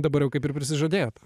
dabar jau kaip ir prisižadėjot